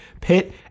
pit